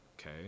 okay